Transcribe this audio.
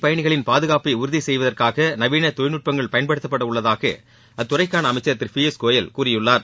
பயணிகளின் ரயில் உறுதிசெய்வதற்காக தொழில்நுட்பங்கள் நவீன பயன்படுத்தப்படவுள்ளதாக அத்துறைக்கான அமைச்சர் திரு பியூஷ் கோயல் கூறியுள்ளார்